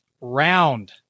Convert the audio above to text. round